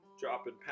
Dropping